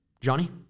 Johnny